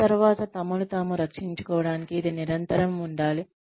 ఆ తరువాత తమను తాము రక్షించుకోవటానికి ఇది నిరంతరం ఉండాలి